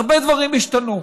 הרבה דברים השתנו.